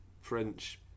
French